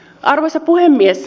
arvoisa puhemies